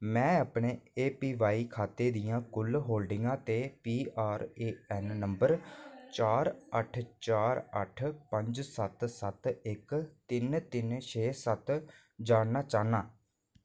में अपने एपीवाई खाते दियां कुल होल्डिंगां ते P R A N number चार अट्ठ चार अट्ठ पंज सत्त सत्त एक तिन तिन छे सत्त जानना चाह्न्नां